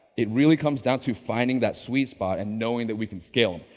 it really comes down to finding that sweet spot and knowing that we can scale them.